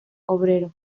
obrero